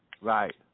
Right